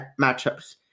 matchups